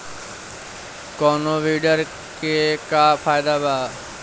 कौनो वीडर के का फायदा बा?